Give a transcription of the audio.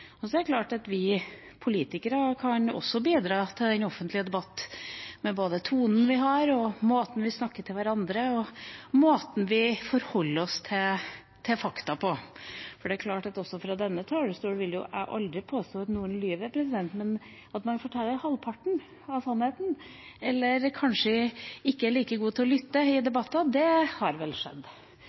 oss. Så er det klart at vi politikere også kan bidra til den offentlige debatten i form av både tonen vi har, måten vi snakker til hverandre på og måten vi forholder oss til fakta på. Fra denne talerstol vil jeg aldri påstå at noen lyver, men at man forteller halvparten av sannheten eller kanskje ikke er like gode til å lytte i debatter, det har vel skjedd.